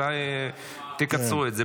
אולי תקצרו את זה.